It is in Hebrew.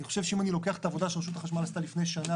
אני חושב שאם אני לוקח את העבודה שרשות החשמל עשתה לפני שנה,